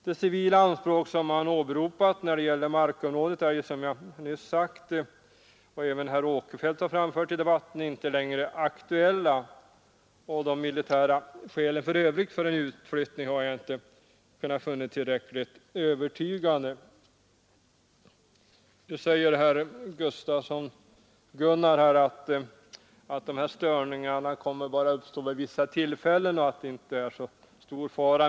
De civila anspråk som man åberopat när det gäller markområdet är, som jag nyss sagt och som även herr Åkerfeldt har framfört, inte längre aktuella och några militära skäl i övrigt för en utflyttning har jag inte kunnat finna tillräckligt övertygande. Gunnar Gustafsson säger att störningarna bara kommer att uppstå vid vissa tillfällen och att de inte innebär så stor fara.